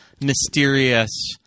mysterious